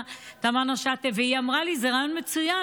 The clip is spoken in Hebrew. תמנו שטה והיא אמרה לי: זה רעיון מצוין.